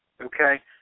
okay